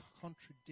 contradict